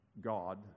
god